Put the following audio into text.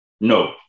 no